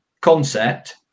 concept